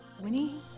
Winnie